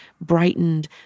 brightened